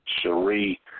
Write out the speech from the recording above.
Cherie